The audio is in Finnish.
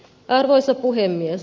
arvoisa puhemies